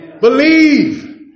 Believe